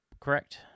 correct